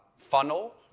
funnel,